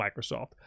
Microsoft